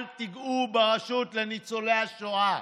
אל תיגעו ברשות לניצולי השואה.